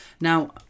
Now